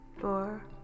four